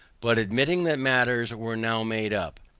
but admitting that matters were now made up,